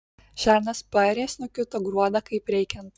šernas paarė snukiu tą gruodą kaip reikiant